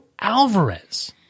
Alvarez